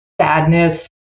sadness